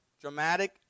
dramatic